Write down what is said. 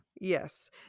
Yes